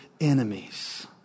enemies